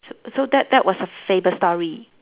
so so that that was a favourite story